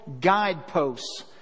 guideposts